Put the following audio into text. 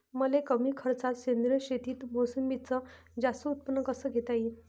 मले कमी खर्चात सेंद्रीय शेतीत मोसंबीचं जास्त उत्पन्न कस घेता येईन?